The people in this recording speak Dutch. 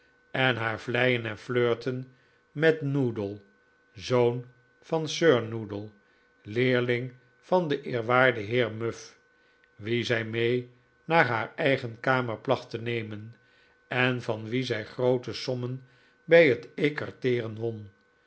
en haar vleien en flirten met noodle zoon van sir noodle leerling van den eerwaarden heer muff wien zij mee naar haar eigen kamer placht te nemen en van wien zij groote sommen bij het ecarteeren won